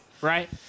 right